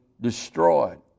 destroyed